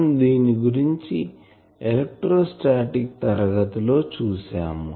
మనం దీని గురించి ఎలెక్ట్రోస్టాటిక్ తరగతి లో చూసాం